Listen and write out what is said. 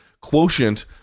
quotient